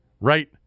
right